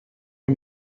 you